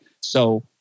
So-